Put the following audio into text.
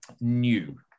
new